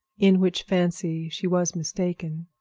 in which fancy she was mistaken.